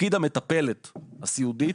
תפקיד המטפלת הסיעודית,